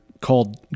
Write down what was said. called